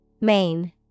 Main